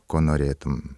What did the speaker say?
ko norėtum